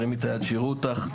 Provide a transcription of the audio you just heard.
תרימי את היד שיראו אותך.